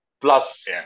plus